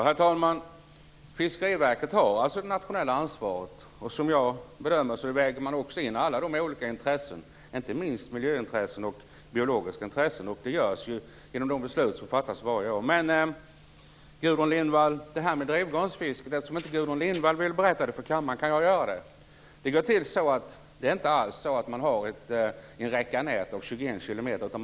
Herr talman! Fiskeriverket har det nationella ansvaret. Som jag bedömer det väger det också in alla de olika intressen, inte minst miljöintressen och biologiska intressen, i de beslut som fattas varje år. Men jag vill återkomma till frågan om hur drivgarnsfiske går till. Eftersom inte Gudrun Lindvall vill berätta det för kammaren kan jag göra det. Drivgarnsfiske går inte alls till så att man har en räcka nät av 21 kilometers längd.